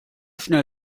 schnell